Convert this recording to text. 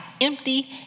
empty